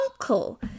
uncle